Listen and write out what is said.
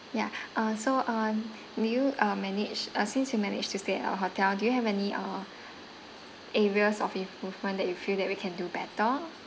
ya uh so on did you uh manage uh since you managed to stay at our hotel do you have any uh areas of improvement that you feel that we can do better